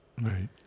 Right